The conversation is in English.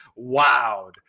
wowed